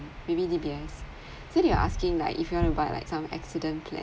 maybe D_B_S so they are asking like if you want to buy like some accident plan